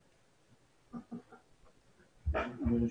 בבקשה.